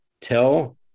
tell